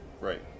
Right